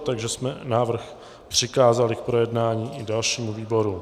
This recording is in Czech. Takže jsme návrh přikázali k projednání i dalšímu výboru.